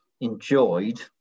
enjoyed